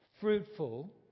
fruitful